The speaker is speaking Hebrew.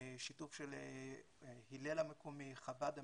בשיתוף של הלל המקומי, חב"ד המקומי,